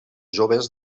joves